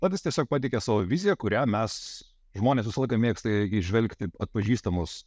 mat jis tiesiog pateikia savo viziją kurią mes žmonės visąlaik mėgsta įžvelgti atpažįstamus